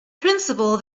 principle